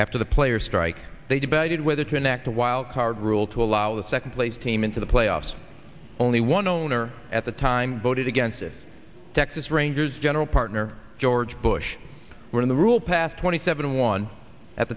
after the players strike they debated whether to enact a wild card rule to allow the second place team into the playoffs only one owner at the time voted against the texas rangers general partner george bush were in the rule passed twenty seven one at